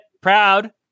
proud